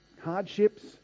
hardships